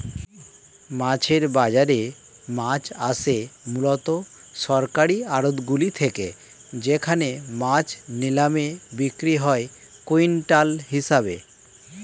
মাছের বাজারে মাছ আসে মূলত সরকারি আড়তগুলি থেকে যেখানে মাছ নিলামে বিক্রি হয় কুইন্টাল হিসেবে